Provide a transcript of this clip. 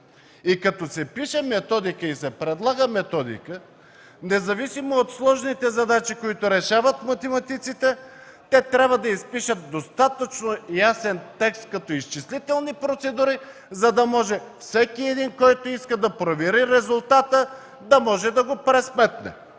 и като се пише методика и се предлага, независимо от сложните задачи, които решават математиците, те трябва да изпишат достатъчно ясен текст като изчислителни процедури, за да може всеки един, който иска да провери резултата, да може да го пресметне.